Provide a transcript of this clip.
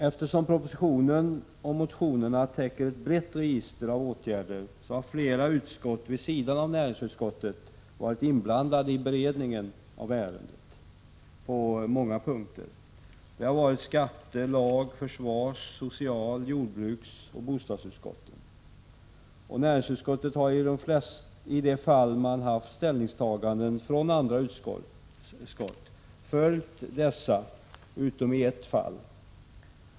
Eftersom propositionen och motionerna täcker ett brett register av åtgärder har flera utskott vid sidan av näringsutskottet varit inblandade i beredningen av ärendet på många punkter. Det har varit skatte-, lag-, försvars-, social-, jordbruksoch bostadsutskotten. Näringsutskottet har i de fall ställningstaganden från andra utskott förelegat följt dessa, förutom i ett fall.